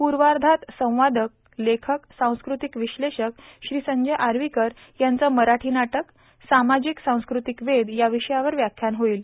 पूर्वार्धात संवादक लेखक सांस्कृतिक विश्लेषक श्री संजय आर्वीकर यांचे मराठी नाटक सामाजिक सांस्कृतिक वेध या विषयावर व्याख्यान होईल